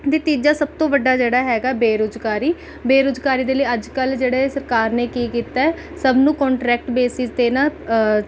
ਅਤੇ ਤੀਜਾ ਸਭ ਤੋਂ ਵੱਡਾ ਜਿਹੜਾ ਹੈਗਾ ਹੈ ਬੇਰੁਜ਼ਗਾਰੀ ਬੇਰੁਜ਼ਗਾਰੀ ਦੇ ਲਈ ਅੱਜ ਕੱਲ੍ਹ ਜਿਹੜਾ ਹੈ ਸਰਕਾਰ ਨੇ ਕੀ ਕੀਤਾ ਹੈ ਸਭ ਨੂੰ ਕੰਟਰੈਕਟ ਬੇਸਿਸ 'ਤੇ ਨਾ